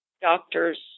doctors